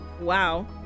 Wow